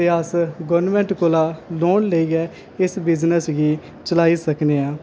ते अस गौरमेंट कोला लोन लेइयै इस बिज़नेस गी चलाई सकने आं